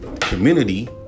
community